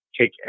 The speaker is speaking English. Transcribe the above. take